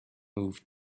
moved